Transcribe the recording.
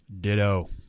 Ditto